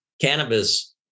cannabis